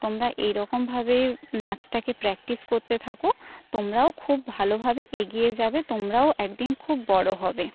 তোমরা এইরকমভাবে নাচটাকে প্র্যাকটিস করতে থাকো তোমরাও খুব ভালোভাবে এগিয়ে যাবে তোমরাও একদিন খুব বড়ো হবে